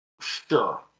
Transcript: Sure